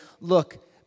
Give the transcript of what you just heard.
look